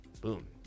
boom